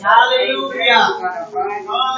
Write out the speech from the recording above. Hallelujah